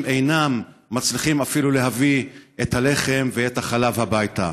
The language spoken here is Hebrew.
אינם מצליחים אפילו להביא את הלחם ואת החלב הביתה.